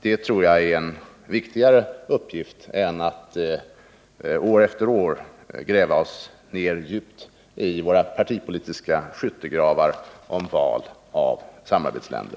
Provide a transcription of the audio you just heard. Det tror jag är en viktigare uppgift än att år efter år gräva oss djupt ner i våra partipolitiska skyttegravar när det gäller val av samarbetsländer.